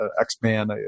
X-Man